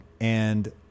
and-